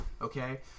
Okay